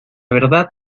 verdad